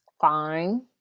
fine